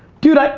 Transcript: dude. like